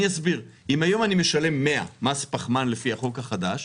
אסביר: אם היום אני משלם 100 מס פחמן לפי החוק החדש,